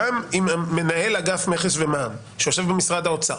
גם אם מנהל אגף מכס ומע"מ שיושב במשרד האוצר,